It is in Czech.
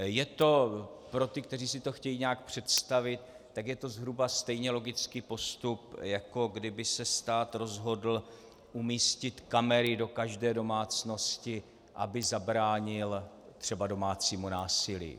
Je to pro ty, kteří si to chtějí nějak představit, tak je to zhruba stejně logický postup, jako kdyby se stát rozhodl umístit kamery do každé domácnosti, aby zabránil třeba domácímu násilí.